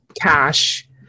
Cash